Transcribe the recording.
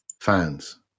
fans